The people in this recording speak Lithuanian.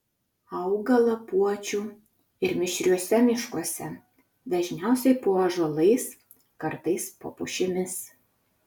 auga lapuočių ir mišriuose miškuose dažniausiai po ąžuolais kartais po pušimis